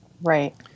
Right